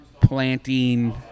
planting